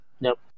Nope